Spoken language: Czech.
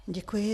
Děkuji.